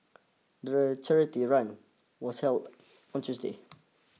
the charity run was held on Tuesday